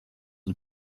and